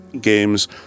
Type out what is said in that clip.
games